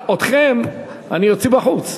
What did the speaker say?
אתכם אני אוציא בחוץ.